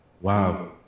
Wow